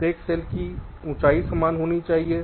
प्रत्येक सेल की ऊंचाई समान होनी चाहिए